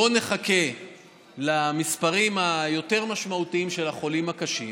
בואו נחכה למספרים היותר-משמעותיים של החולים הקשים